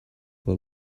will